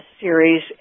Series